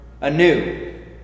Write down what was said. anew